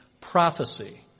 prophecy